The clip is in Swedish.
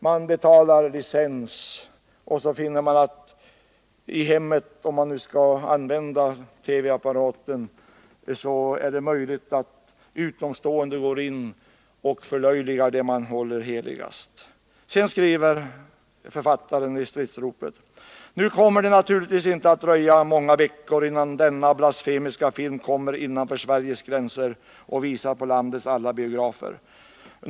Man betalar TV-licens — om man nu har en TV-apparat — och sedan finner man att det är möjligt för utomstående att på så sätt i hemmet förlöjliga det som man håller för att vara allra heligast. Författaren till ledaren i Stridsropet skriver vidare: ”Nu kommer det naturligtvis inte att dröja många veckor till innan denna blasfemiska film kommer innanför Sveriges gränser och visas på landets alla biografer.